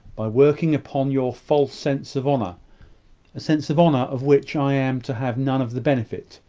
by working upon your false sense of honour a sense of honour of which i am to have none of the benefit,